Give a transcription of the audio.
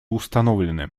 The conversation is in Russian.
установлены